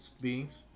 beings